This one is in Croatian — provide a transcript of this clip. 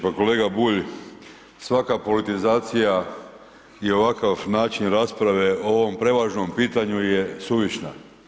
Pa kolega Bulj, svaka politizacija i ovakav način rasprave o ovom prevažnom pitanju je suvišna.